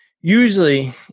usually